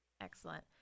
Excellent